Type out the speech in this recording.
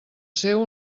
seu